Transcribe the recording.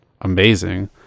amazing